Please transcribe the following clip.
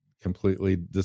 completely